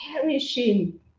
perishing